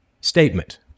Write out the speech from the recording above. statement